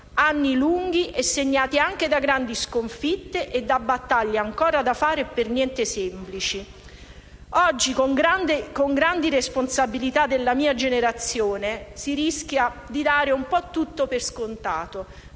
anni lunghi, segnati anche da grandi sconfitte e da battaglie ancora da fare e per niente semplici. Oggi, con grandi responsabilità della mia generazione, si rischia di dare un po' tutto per scontato.